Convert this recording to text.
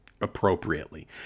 appropriately